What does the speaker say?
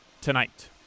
tonight